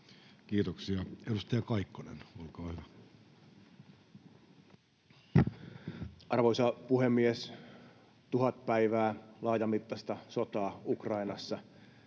Kiitoksia. — Edustaja Kaikkonen, olkaa hyvä. Arvoisa puhemies! Tuhat päivää laajamittaista sotaa Ukrainassa